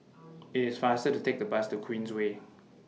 IT IS faster to Take The Bus to Queensway